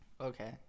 okay